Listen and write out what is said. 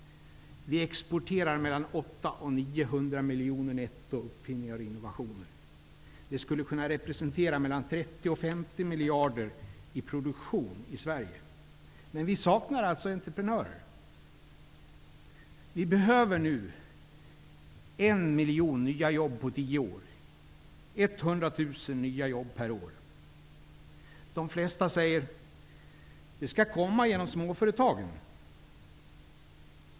Vi exporterar uppfinningar och innovationer för 800-- 900 miljoner kronor netto. Detta skulle kunna representera 30--50 miljarder kronor i produktion i Sverige. Men vi saknar alltså entreprenörer. Vi behöver nu en miljon nya jobb på tio år -- 100 000 nya jobb per år. De flesta säger att de skall komma genom småföretagen.